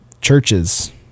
churches